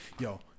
Yo